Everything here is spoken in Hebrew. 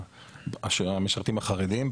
משרתים חרדיים,